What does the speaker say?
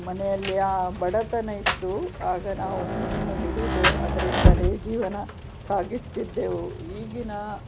ಮನೆಯಲ್ಲಿ ಆ ಬಡತನ ಇತ್ತು ಆಗ ನಾವು ಮೀನು ಹಿಡಿದು ಅದರಿಂದಲೇ ಜೀವನ ಸಾಗಿಸ್ತಿದ್ದೆವು ಈಗಿನ